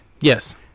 yes